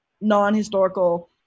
non-historical